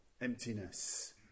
emptiness